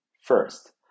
First